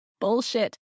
bullshit